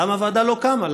למה הוועדה לא קמה,